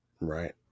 Right